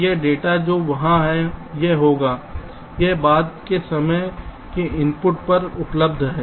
यह डेटा जो वहां है यह होगा यह बाद के समय के इनपुट पर उपलब्ध है